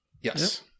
Yes